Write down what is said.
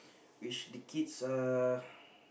which uh